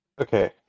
Okay